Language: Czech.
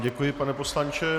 Děkuji vám, pane poslanče.